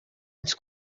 its